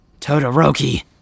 Todoroki